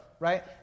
Right